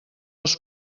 els